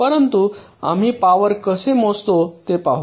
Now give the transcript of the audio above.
परंतु आम्ही पॉवर कसे मोजतो ते पाहू